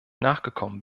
nachgekommen